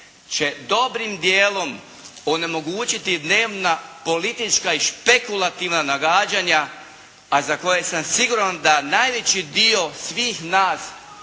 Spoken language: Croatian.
će dobrim djelom onemogućiti dnevna politička i špekulativna nagađanja a za koje sam siguran da najveći dio svih nas